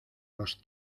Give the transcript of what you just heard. los